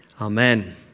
Amen